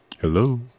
Hello